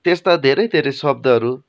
त्यस्ता धेरै धेरै शब्दहरू